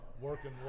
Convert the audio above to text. Working